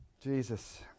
Jesus